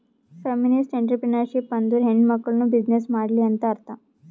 feminist entrepreneurship ಅಂದುರ್ ಹೆಣ್ಮಕುಳ್ನೂ business ಮಾಡ್ಲಿ ಅಂತ್ ಅರ್ಥಾ